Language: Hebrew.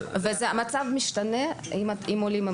והמצב משתנה אם עולים עם הגיל.